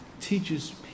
teaches